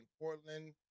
Portland